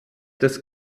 des